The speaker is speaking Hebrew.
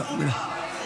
הלכו.